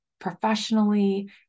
professionally